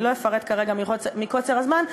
אני לא אפרט כרגע מקוצר הזמן.